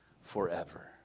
forever